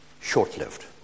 short-lived